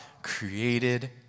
created